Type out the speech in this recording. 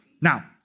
Now